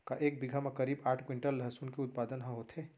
का एक बीघा म करीब आठ क्विंटल लहसुन के उत्पादन ह होथे?